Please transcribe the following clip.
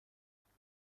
درمون